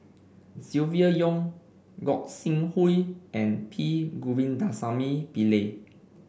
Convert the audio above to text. Silvia Yong Gog Sing Hooi and P Govindasamy Pillai